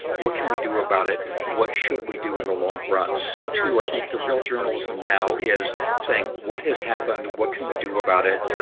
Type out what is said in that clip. what can we do about it? what should we do in the long run? so, too, i think the real journalism now is saying what has happened? what can we do about it?